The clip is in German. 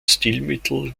stilmittel